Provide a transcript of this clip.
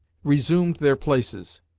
resumed their places,